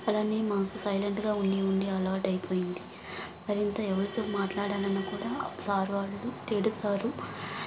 అలానే మాకు సైలెంట్గా ఉండి ఉండి అలవాటైపోయింది మరింత ఎవరితో మాట్లాడాలన్న కూడా సార్ వాళ్ళు తిడతారు